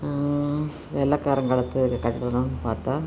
வெள்ளக்காரன் காலத்து இது கட்டிடம்னு பார்த்தா